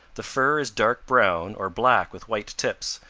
the fur is dark brown or black with white tips,